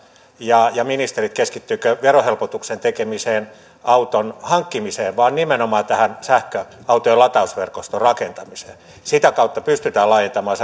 ja ja ministerit keskittykö verohelpotuksen tekemiseen auton hankkimiseen vaan nimenomaan tähän sähköautojen latausverkoston rakentamiseen sitä kautta pystytään laajentamaan